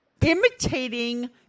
Imitating